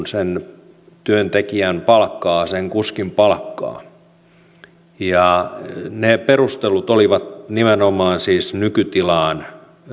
sen työntekijän sen kuskin palkkaa ne perustelut olivat nimenomaan siis nykytilaan